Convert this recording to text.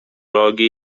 logii